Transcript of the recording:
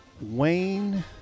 Wayne